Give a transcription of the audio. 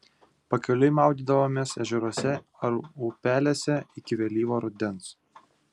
pakeliui maudydavomės ežeruose ar upelėse iki vėlyvo rudens